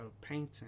painting